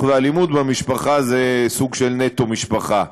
ואלימות במשפחה זה סוג של "נטו משפחה",